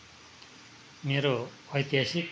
मेरो ऐतिहासिक